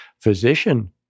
physician